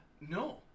No